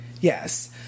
Yes